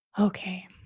Okay